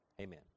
amen